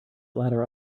ladder